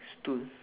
stool